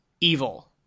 evil